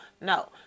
No